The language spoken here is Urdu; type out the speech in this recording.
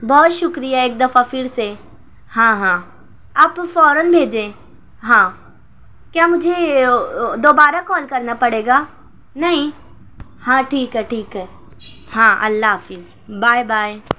بہت شکریہ ایک دفعہ پھر سے ہاں ہاں آپ فوراً بھیجیں ہاں کیا مجھے دوبارہ کال کرنا پڑے گا نہیں ہاں ٹھیک ہے ٹھیک ہے ہاں اللہ حافظ بائے بائے